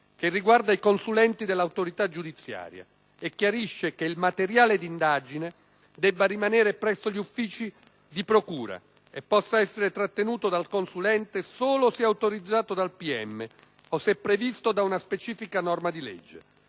che riguarda i consulenti dell'autorità giudiziaria e chiarisce che il materiale di indagine debba rimanere presso gli uffici di procura e possa essere trattenuto dal consulente solo se autorizzato dal pubblico ministero o se previsto da una specifica norma di legge.